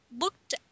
looked